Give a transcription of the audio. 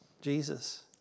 Jesus